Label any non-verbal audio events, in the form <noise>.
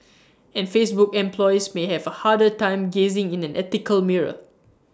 <noise> and Facebook employees may have A harder time gazing in an ethical mirror